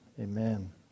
Amen